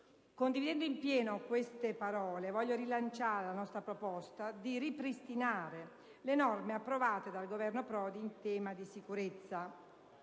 Condividendo in pieno queste parole, voglio rilanciare la nostra proposta di ripristinare le norme approvate dal Governo Prodi in tema di sicurezza.